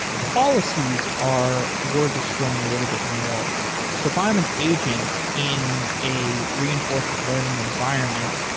policies are worth exploring a little bit more. so if i'm an agent in a reinforcement learning environment,